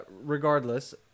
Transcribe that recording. regardless